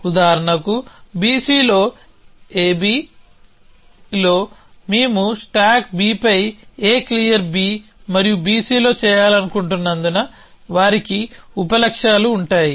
ఉదాహరణకు BC లో AB లో మేము స్టాక్ Bపై Aక్లియర్ B మరియు BC లో చేయాలనుకుంటున్నందున వారికి ఉప లక్ష్యాలు ఉంటాయి